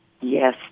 Yes